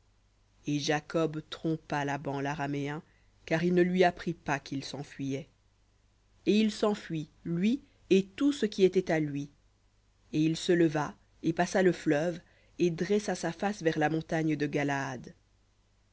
et jacob trompa laban l'araméen car il ne lui apprit pas quil senfuyait et il s'enfuit lui et tout ce qui était à lui et il se leva et passa le fleuve et dressa sa face vers la montagne de galaad